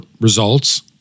results